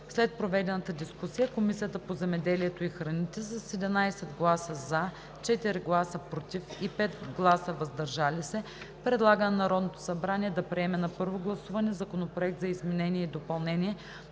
След проведената дискусия Комисията по земеделието и храните с 11 гласа „за“, 4 гласа „против“ и 5 гласа „въздържал се“ предлага на Народното събрание да приеме на първо гласуване Законопроект за изменение и допълнение